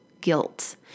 guilt